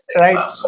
Right